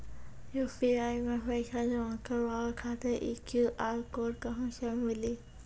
UPI मे पैसा जमा कारवावे खातिर ई क्यू.आर कोड कहां से मिली?